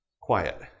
Quiet